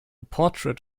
portrait